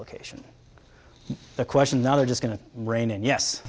location the question now they're just going to rein in yes